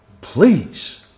Please